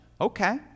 Okay